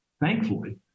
Thankfully